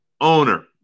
owner